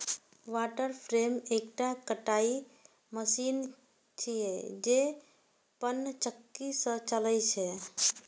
water frame एकटा कताइ machine छियै, जे पनचक्की सं चलै छै